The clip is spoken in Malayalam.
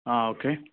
ആ ഓക്കെ